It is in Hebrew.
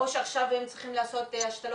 איפה הטיפול מתקדם,